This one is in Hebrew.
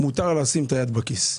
מותר לו לשים את היד בכיס.